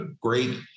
great